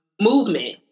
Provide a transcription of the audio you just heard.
movement